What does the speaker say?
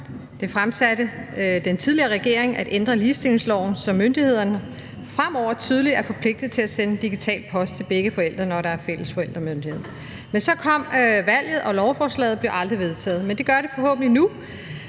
Derfor fremsatte den tidligere regering et lovforslag om at ændre ligestillingsloven, så myndighederne fremover tydeligt er forpligtet til at sende digital post til begge forældre, når der er fælles forældremyndighed. Men så kom valget, og lovforslaget blev aldrig vedtaget, men det gør det forhåbentlig nu,